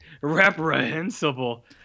reprehensible